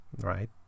right